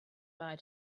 bye